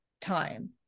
time